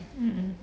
mm mm